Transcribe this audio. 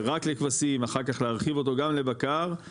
רק לכבשים אח"כ להרחיב אותו גם לבקר,